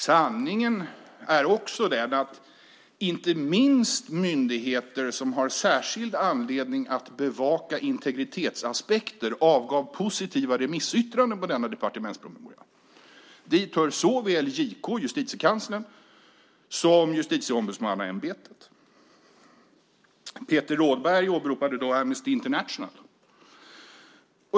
Sanningen är också den att inte minst myndigheter som har särskild anledning att bevaka integritetsaspekter avgav positiva remissyttranden på denna departementspromemoria. Dit hör såväl JK, Justitiekanslern, som Justitieombudsmannaämbetet. Peter Rådberg åberopade Amnesty International.